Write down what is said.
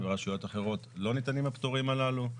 וברשויות אחרות לא ניתנים הפטורים הללו.